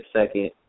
second